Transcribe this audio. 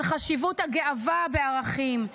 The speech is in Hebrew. על חשיבות הגאווה בערכים.